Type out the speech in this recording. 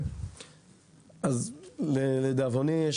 לדאבוני,